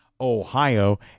Ohio